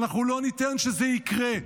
"אנחנו לא ניתן שזה יקרה".